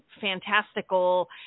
fantastical